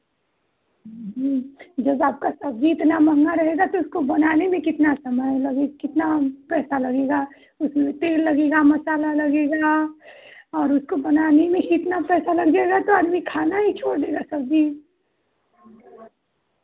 जी जब आपका सब्जी इतना महँगा रहेगा तो इसको बनाने में कितना समय लगे कितना पैसा लगेगा उसमें तेल लगेगा मसाला लगेगा और उसको बनाने में ही इतना पैसा लग जाएगा तो आदमी खाना ही छोड़ देगा सब्ज़ी